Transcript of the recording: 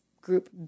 group